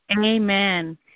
Amen